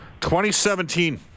2017